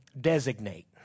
designate